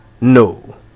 No